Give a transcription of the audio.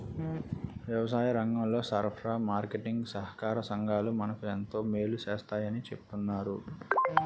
వ్యవసాయరంగంలో సరఫరా, మార్కెటీంగ్ సహాకార సంఘాలు మనకు ఎంతో మేలు సేస్తాయని చెప్తన్నారు